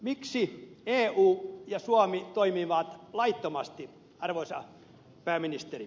miksi eu ja suomi toimivat laittomasti arvoisa pääministeri